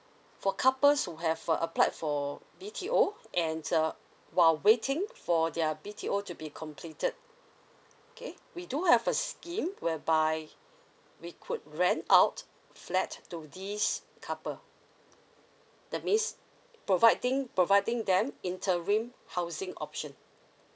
four couples who have uh applied for B_T_O and uh while waiting for their B_T_O to be completed K we do have a scheme whereby we could rent out flat to these couple that means providing providing them interim housing option